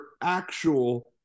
actual